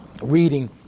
Reading